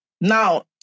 Now